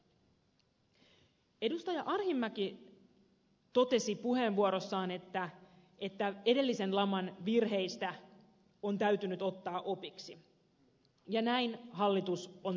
arhinmäki totesi puheenvuorossaan että edellisen laman virheistä on täytynyt ottaa opiksi ja näin hallitus on toiminut